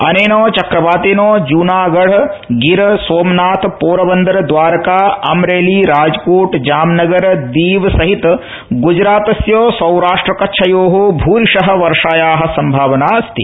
अनेन चक्रवातेन जूनागढ़ गिर सोमनाथ पोरबंदर द्वारका अमरेली राजकोट जामनगर दीव सहित गुजरातस्य सौराष्ट्र कच्छयोः भूरिशः वर्षाया संभावना अस्ति